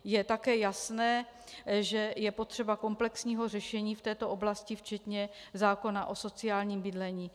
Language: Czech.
Je také jasné, že je potřeba komplexního řešení v této oblasti včetně zákona o sociálním bydlení.